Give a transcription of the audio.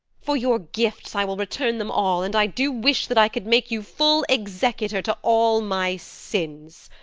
for your gifts, i will return them all, and i do wish that i could make you full executor to all my sins.